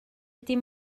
dim